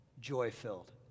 joy-filled